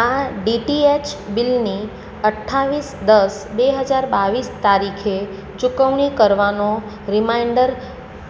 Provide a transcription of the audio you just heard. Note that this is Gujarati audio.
આ ડીટીએચ બિલની અઠ્ઠાવીસ દસ બે હજાર બાવીસ તારીખે ચૂકવણી કરવાનો રીમાઈન્ડર